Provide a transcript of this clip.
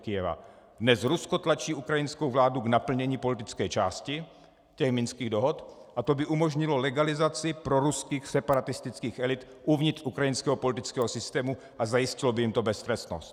Dnes Rusko tlačí ukrajinskou vládu k naplnění politické části těch Minských dohod a to by umožnilo legalizaci proruských separatistických elit uvnitř ukrajinského politického systému a zajistilo by jim to beztrestnost.